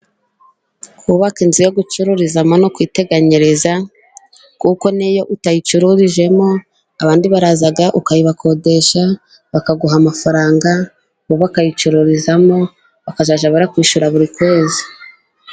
Kubaka inzu yo gucururizamo ni ukwiteganyiriza, kuko niyo utayicururijemo abandi baraza ukayibakodesha, bakaguha amafaranga bo bakayicururizamo, bakazajya bakwishyura buri kwezi.